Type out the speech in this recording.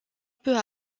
peut